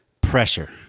pressure